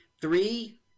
Three